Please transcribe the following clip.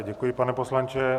Děkuji, pane poslanče.